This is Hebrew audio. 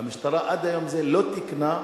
והמשטרה עד היום הזה לא תיקנה,